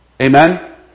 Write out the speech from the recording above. Amen